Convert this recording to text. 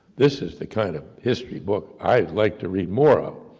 this is the kind of history book i'd like to read more of.